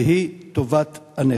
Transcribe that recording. והוא טובת הנכד.